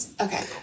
okay